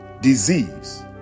disease